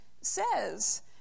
says